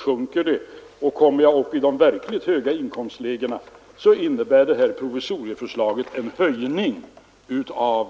Därefter blir sänkningen mindre, och i de verkligt höga inkomstlägena innebär förslaget en höjning av